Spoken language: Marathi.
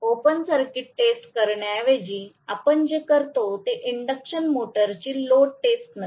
ओपन सर्किट टेस्ट करण्याऐवजी आपण जे करतो ते इंडक्शन मोटरची लोड टेस्ट नसते